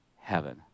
heaven